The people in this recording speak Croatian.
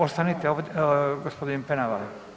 Ostanite gospodin Penava.